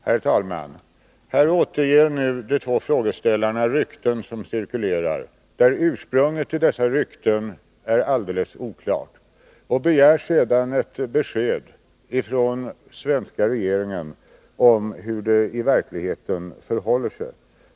Herr talman! Här återger nu de två frågeställarna rykten som cirkulerar men vilkas ursprung är helt oklart. De begär sedan ett besked från svenska regeringen om hur det i verkligheten förhåller sig.